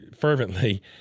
fervently